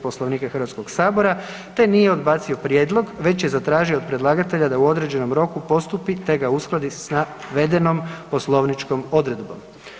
Poslovnika Hrvatskog sabora te nije odbacio prijedlog već je zatražio od predlagatelja da u određenom roku postupi te ga uskladi sa navedenom poslovničkom odredbom.